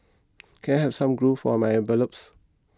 can I have some glue for my envelopes